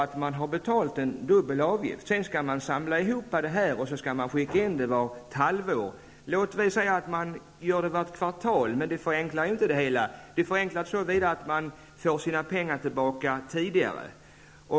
Sedan skall man samla ihop kvittona och skicka in dem varje halvår eller kanske varje kvartal, men det förenklar inte det hela. Det förenklar så till vida att man får sina pengar tillbaka tidigare.